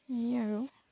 সেয়ে আৰু